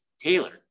tailored